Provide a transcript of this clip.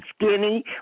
skinny